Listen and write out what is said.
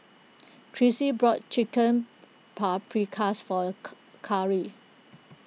Chrissy bought Chicken Paprikas for Ca Carry